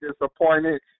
disappointed